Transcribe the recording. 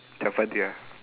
that one their